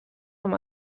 amb